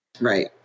Right